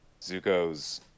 Zuko's